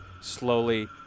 slowly